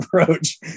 approach